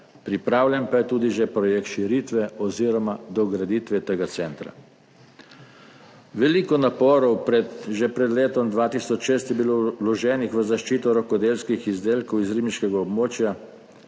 pripravljen pa je tudi že projekt širitve oziroma dograditve tega centra. Veliko naporov že pred letom 2006 je bilo vloženih v zaščito rokodelskih izdelkov iz ribiškega območja,